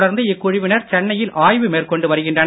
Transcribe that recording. தொடர்ந்து இக்குழுவினர் சென்னையில் ஆய்வு மேற்கொண்டு வருகின்றனர்